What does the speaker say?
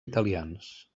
italians